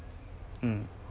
mm